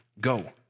Go